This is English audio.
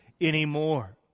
anymore